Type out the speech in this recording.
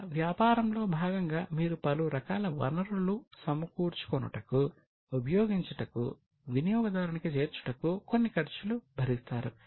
ఇక వ్యాపారంలో భాగంగా మీరు పలు రకాల వనరులు సమకూర్చు కొనుటకు ఉపయోగించుటకు వినియోగదారునికి చేర్చుటకు కొన్ని ఖర్చులు భరిస్తారు